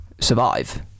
survive